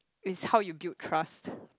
is how you build trust